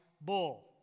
bull